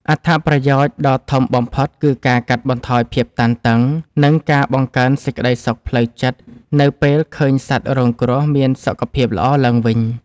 អត្ថប្រយោជន៍ដ៏ធំបំផុតគឺការកាត់បន្ថយភាពតានតឹង និងការបង្កើនសេចក្ដីសុខផ្លូវចិត្តនៅពេលឃើញសត្វរងគ្រោះមានសុខភាពល្អឡើងវិញ។